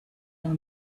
nur